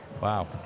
Wow